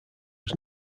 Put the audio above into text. was